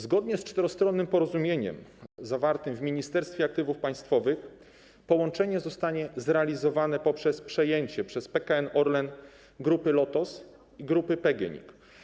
Zgodnie z czterostronnym porozumieniem zawartym w Ministerstwie Aktywów Państwowych połączenie zostanie zrealizowane poprzez przejęcie przez PKN Orlen Grupy Lotos i Grupy PGNiG.